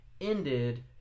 ended